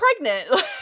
pregnant